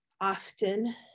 Often